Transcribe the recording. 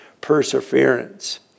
perseverance